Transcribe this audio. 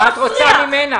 מה את רוצה ממנה?